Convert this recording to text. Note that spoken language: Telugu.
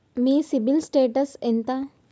మీ సిబిల్ స్టేటస్ ఎంత?